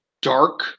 dark